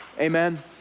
Amen